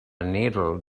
needle